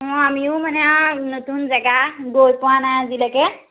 অঁ আমিও মানে আৰু নতুন জেগা গৈ পোৱা নাই আজিলৈকে